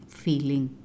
feeling